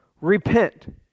Repent